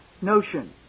notion